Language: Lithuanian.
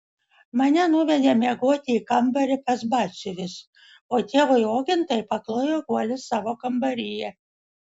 mane nuvedė miegoti į kambarį pas batsiuvius o tėvui ogintai paklojo guolį savo kambaryje